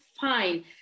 fine